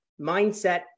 mindset